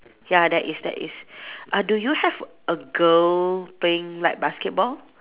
ya there is there is uh do you have a girl playing like basketball